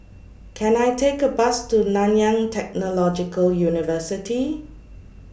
Can I Take A Bus to Nanyang Technological University